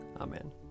Amen